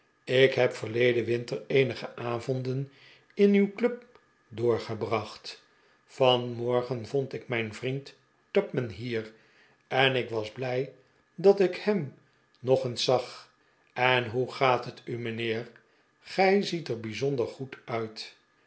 ik heb verleden winter eenige avonden in uw club doorgebrac ht vanmorgen vond ik mijn vriend tupman hier en ik was blij dat ik hem nog eens zag en hoe gaat het u mijnheer gij ziet er bijzonder goed uit